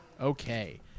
Okay